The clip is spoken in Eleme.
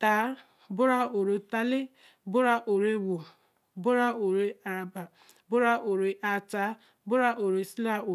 Haa obo ree ō re haa lee obo ree ō re e-wo obo ree ō re obo ree ō re aa haa obo ree ō re sie ra ō